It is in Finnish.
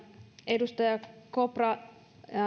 edustaja kopra